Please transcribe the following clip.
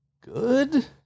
good